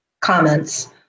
comments